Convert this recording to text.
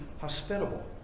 hospitable